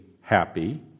happy